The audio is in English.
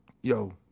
yo